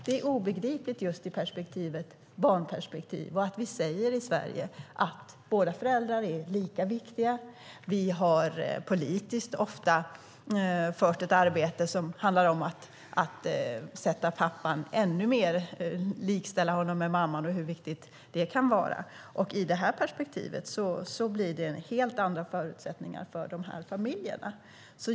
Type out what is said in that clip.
Det här är obegripligt i ett barnperspektiv. Vi säger i Sverige att båda föräldrarna är lika viktiga. Vi har politiskt ofta fört ett arbete som handlar om hur viktigt det är att likställa pappan med mamman. I det här perspektivet blir det helt andra förutsättningar för familjerna.